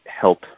help